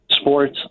sports